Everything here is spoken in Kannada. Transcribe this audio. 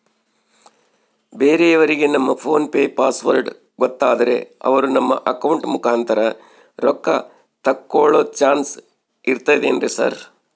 ಬೇರೆಯವರಿಗೆ ನಮ್ಮ ಫೋನ್ ಪೆ ಪಾಸ್ವರ್ಡ್ ಗೊತ್ತಾದ್ರೆ ಅವರು ನಮ್ಮ ಅಕೌಂಟ್ ಮುಖಾಂತರ ರೊಕ್ಕ ತಕ್ಕೊಳ್ಳೋ ಚಾನ್ಸ್ ಇರ್ತದೆನ್ರಿ ಸರ್?